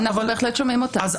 אנחנו בהחלט שומעים אותם אם הם רוצים.